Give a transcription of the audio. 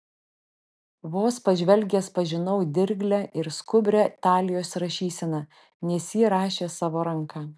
vos pažvelgęs pažinau dirglią ir skubrią talijos rašyseną nes ji rašė savo ranka